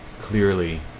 clearly